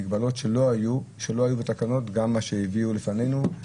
מגבלות שלא היו בתקנות גם שהביאו בפנינו.